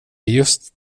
just